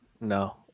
No